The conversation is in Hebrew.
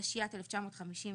התשי"ט 1959,